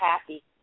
happy